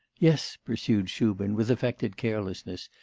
yes, pursued shubin with affected carelessness.